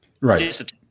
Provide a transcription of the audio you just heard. Right